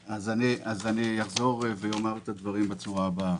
אחזור ואומר את הדברים בצורה הבאה: